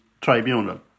Tribunal